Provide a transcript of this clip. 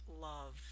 love